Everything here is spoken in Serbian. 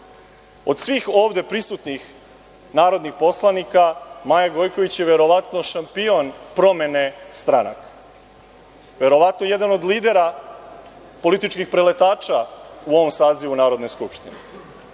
svih ovde prisutnih narodnih poslanika Maja Gojković je verovatno šampion promene stranaka, verovatno jedan od lidera političkih preletača u ovom sazivu Narodne skupštine.